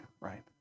right